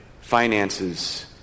finances